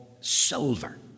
Silver